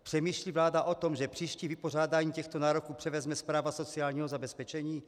Přemýšlí vláda o tom, že příští vypořádání těchto nároků převezme správa sociálního zabezpečení?